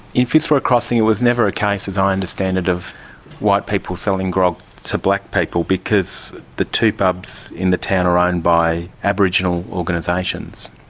in fitzroy crossing it was never a case, as i understand it, of white people selling grog to black people, because the two pubs in the town are owned by aboriginal organisations,